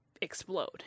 explode